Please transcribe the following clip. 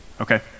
okay